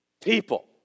people